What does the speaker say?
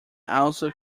also